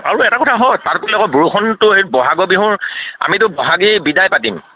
আৰু এটা কথা হয় তাৰবোলে আকৌ বৰষুণটো সেই ব'হাগৰ বিহুৰ আমিতো বহাগী বিদায় পাতিম